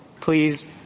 please